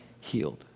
healed